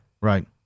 right